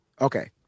Okay